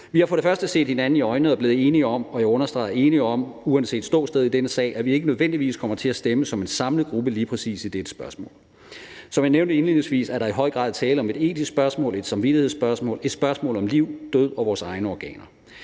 Vi har set hinanden i øjnene og er blevet enige om – og jeg understreger enige om – uanset ståsted i denne sag, at vi ikke nødvendigvis kommer til at stemme som en samlet gruppe lige præcis i dette spørgsmål. Som jeg nævnte indledningsvis, er der i høj grad tale om et etisk spørgsmål, et samvittighedsspørgsmål, et spørgsmål om liv, død og vores egne organer.